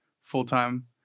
full-time